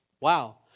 Wow